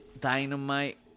Dynamite